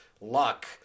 luck